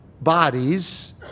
bodies